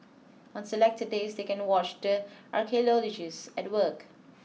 on selected days they can watch the archaeologists at work